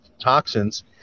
toxins